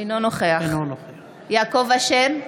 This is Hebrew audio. אינו נוכח יעקב אשר,